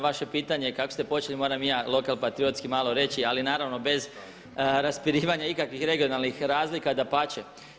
vaše pitanje kako ste počeli moram i ja lokalpatriotski malo reći, ali naravno bez raspirivanja ikakvih regionalnih razlika, dapače.